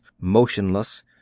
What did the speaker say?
motionless